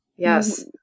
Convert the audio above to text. Yes